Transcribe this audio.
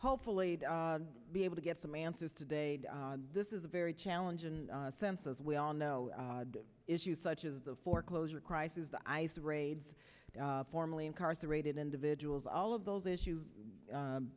hopefully be able to get some answers today this is a very challenging sense as we all know issues such as the foreclosure crisis the ice raids formerly incarcerated individuals all of those issues